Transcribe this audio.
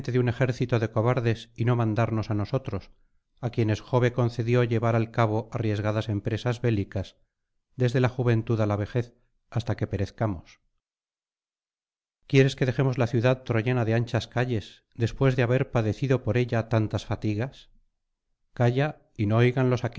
un ejército de cobardes y no mandarnos á nosotros á quienes jove concedió llevar al cabo arriesgadas empresas bélicas desde la juventud á la vejez hasta que perezcamos quieres que dejemos la ciudad troyana de anchas calles después de haber padecido por ella tantas fatigas calla y no oigan los